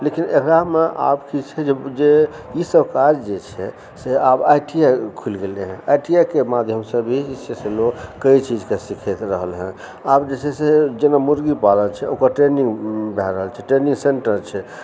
लेकिन एकरामे आब कि छै जे ई सभ काज जे छै से आब आइ टी आइ खुलि गेलै हँ आइ टी आइ के माध्यमसँ भी जे छै से लोक कइ चीजके सीख रहल है आब जे छै जेना मुर्गी पालन छै ओकर ट्रेनिंग भए रहल छै ट्रेनिंग सेंटर छै